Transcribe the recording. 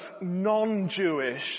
non-Jewish